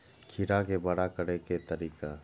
खीरा के बड़ा करे के तरीका?